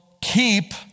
keep